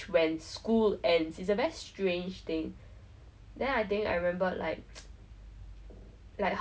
you just you know a bit cool ah 拍照啊放在 Instagram 那种东西 bah I'm flying but actually no lah